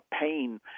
pain